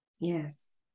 Yes